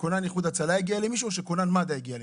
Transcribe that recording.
שכונן איחוד הצלה או מד"א הגיע אליו.